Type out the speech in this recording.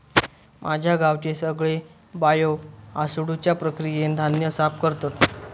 माझ्या गावचे सगळे बायो हासडुच्या प्रक्रियेन धान्य साफ करतत